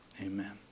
Amen